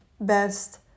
best